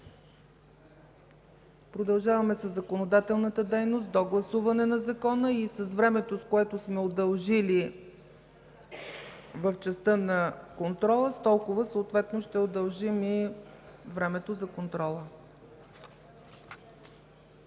продължаване със законодателната дейност до гласуване на Закона и с времето, с което сме удължили в частта на контрола, с толкова съответно да удължим и времето за